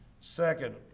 Second